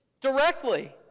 directly